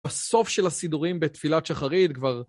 בסוף של הסידורים בתפילת שחרית כבר...